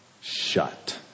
shut